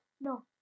No